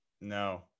No